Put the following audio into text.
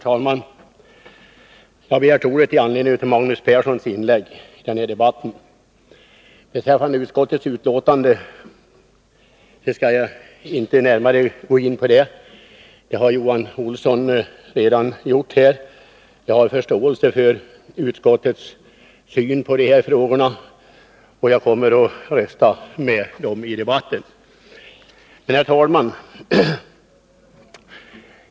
Herr talman! Jag har begärt ordet i anledning av Magnus Perssons inlägg i debatten. Jag skall inte gå närmare in på utskottsbetänkandet— det har Johan Olsson redan gjort här. Jag har förståelse för utskottets syn på de här frågorna, och jag kommer att rösta för utskottets förslag. Herr talman!